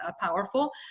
powerful